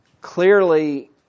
clearly